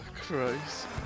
christ